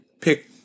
pick